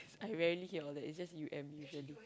I rarely hear all that it's just U_M usually